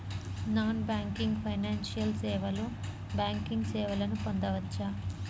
Non banking financial సేవలో banking సేవలను పొందవచ్చా?